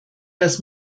das